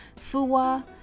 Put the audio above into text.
Fuwa